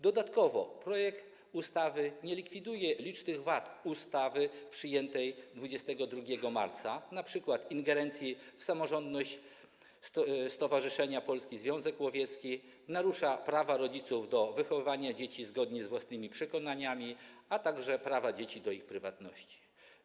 Dodatkowo projekt ustawy nie likwiduje licznych wad ustawy przyjętej 22 marca, takich jak np. ingerencja w samorządność stowarzyszenia Polski Związek Łowiecki i naruszanie prawa rodziców do wychowywania dzieci zgodnie z własnymi przekonaniami, a także prawa dzieci do prywatności.